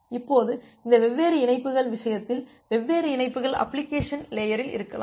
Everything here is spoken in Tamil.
இப்போது இந்த வெவ்வேறு இணைப்புகள் விஷயத்தில் வெவ்வேறு இணைப்புகள் அப்ளிகேஷன் லேயரில் இருக்கலாம்